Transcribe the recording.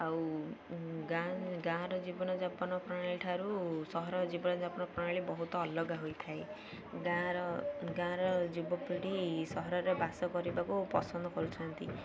ଆଉ ଗାଁ ଗାଁର ଜୀବନ ଯାପନ ପ୍ରଣାଳୀଠାରୁ ସହର ଜୀବନଯାପନ ପ୍ରଣାଳୀ ବହୁତ ଅଲଗା ହୋଇଥାଏ ଗାଁର ଗାଁର ଯୁବପିଢ଼ି ସହରରେ ବାସ କରିବାକୁ ପସନ୍ଦ କରୁଛନ୍ତି